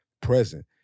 present